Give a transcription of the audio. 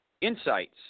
insights